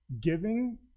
giving